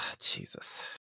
Jesus